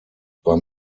war